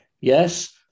Yes